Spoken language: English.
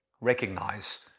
Recognize